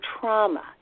trauma